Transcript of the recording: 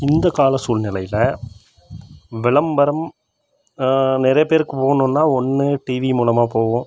இந்த கால சூழ்நிலையில விளம்பரம் நிறைய பேருக்கு வேணுன்னா ஒன்று டிவி மூலமாக போவும்